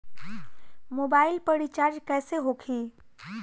Mobile पर recharge कैसे होखी?